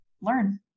learn